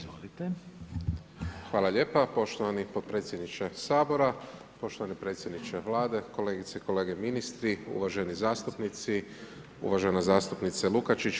Hvala lijepa poštovani potpredsjedniče sabora, poštovani predsjedniče Vlade, kolegice i kolege ministri, uvaženi zastupnici, uvažena zastupnice Lukačić.